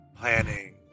planning